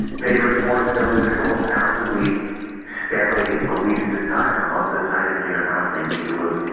they report that they lose a couple of pounds a week steadily for weeks at a time or months at a time depending on how much they need to lose,